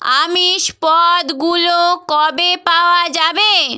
আমিষ পদগুলো কবে পাওয়া যাবে